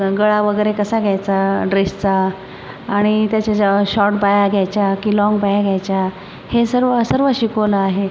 गं गळा वगैरे कसा घ्यायचा ड्रेसचा आणि त्याच्या ज्या शॉट बाह्या घ्यायचा की लॉन्ग बाह्या घ्यायचा हे सर्व सर्व शिकवलं आहे